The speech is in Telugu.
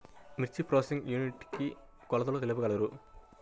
మిర్చి ప్రోసెసింగ్ యూనిట్ కి కొలతలు తెలుపగలరు?